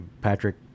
patrick